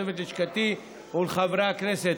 לצוות לשכתי ולחברי הכנסת.